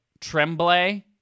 Tremblay